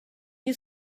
you